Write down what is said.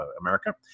America